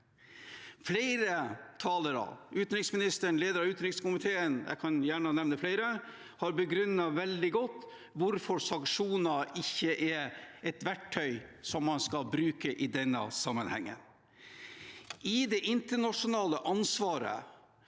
flere – har begrunnet veldig godt hvorfor sanksjoner ikke er et verk tøy som man skal bruke i denne sammenhengen. I det internasjonale ansvaret